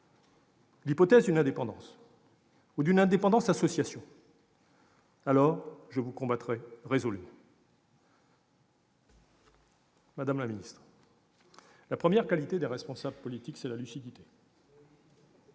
l'hypothèse d'une indépendance, ou d'une indépendance-association, je vous combattrai résolument. Madame la ministre, la première qualité d'un responsable politique est la lucidité.